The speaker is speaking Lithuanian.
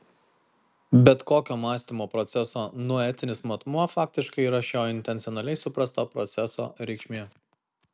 bet kokio mąstymo proceso noetinis matmuo faktiškai yra šio intencionaliai suprasto proceso reikšmė